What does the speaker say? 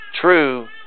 true